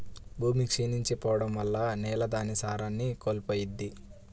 భూమి క్షీణించి పోడం వల్ల నేల దాని సారాన్ని కోల్పోయిద్ది